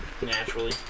naturally